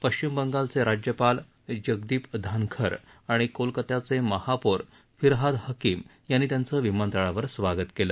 पश्चिम बंगालचे राज्यपाल जगदीप धानखर आणि कोलकताचे महापौर फिरहाद हकीम यांनी त्यांचं विमानतळावर स्वागत केलं